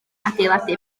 adeiladu